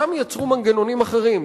שם יצרו מנגנונים אחרים,